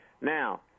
Now